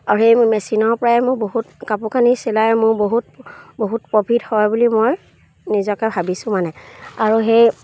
আৰু সেই মেচিনৰ পৰাই মোৰ বহুত কাপোৰ কানি চিলাই মোৰ বহুত বহুত প্ৰফিট হয় বুলি মই নিজকে ভাবিছোঁ মানে আৰু সেই